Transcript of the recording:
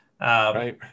Right